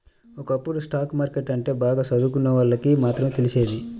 ఒకప్పుడు stock market అంటే బాగా చదువుకున్నోళ్ళకి మాత్రమే తెలిసేది